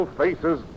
faces